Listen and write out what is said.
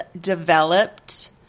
developed